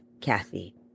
Kathy